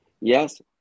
Yes